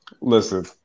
Listen